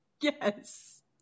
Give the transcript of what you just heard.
Yes